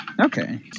Okay